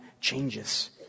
changes